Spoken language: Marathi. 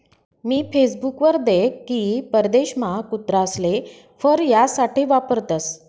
मी फेसबुक वर देख की परदेशमा कुत्रासले फर यासाठे वापरतसं